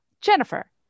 jennifer